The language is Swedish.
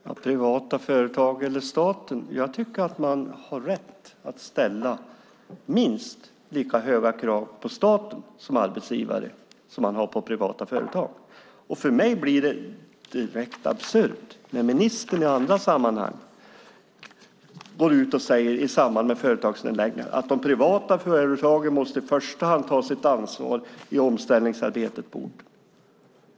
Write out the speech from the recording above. Fru talman! Ministern pratar om privata företag eller staten. Jag tycker att man har rätt att ställa minst lika höga krav på staten som arbetsgivare som man har på privata företag. För mig blir det direkt absurt när ministern i andra sammanhang går ut i samband med företagsnedläggningar och säger att de privata företagen måste i första hand ta sitt ansvar i omställningsarbetet på orten.